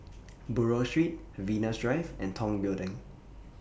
Buroh Street Venus Drive and Tong Building